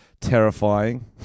terrifying